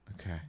Okay